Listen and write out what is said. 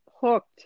hooked